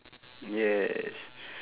yes